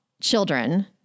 children